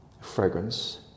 fragrance